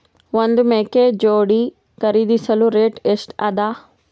ಒಂದ್ ಮೇಕೆ ಜೋಡಿ ಖರಿದಿಸಲು ರೇಟ್ ಎಷ್ಟ ಅದ?